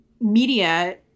media